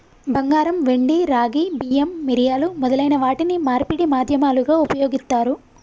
బంగారం, వెండి, రాగి, బియ్యం, మిరియాలు మొదలైన వాటిని మార్పిడి మాధ్యమాలుగా ఉపయోగిత్తారు